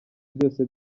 byose